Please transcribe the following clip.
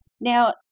Now